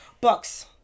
Books